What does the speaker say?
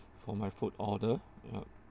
for my food order yup